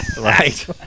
right